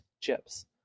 chips